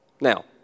Now